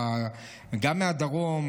גם מהדרום,